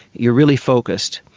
you are really focused.